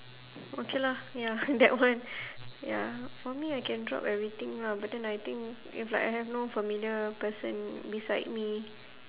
okay lah ya that one ya for me I can drop everything lah but then I think if like I have no familiar person beside me